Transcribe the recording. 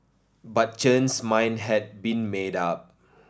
but Chen's mind had been made up